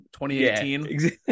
2018